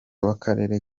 w’akarere